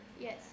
Yes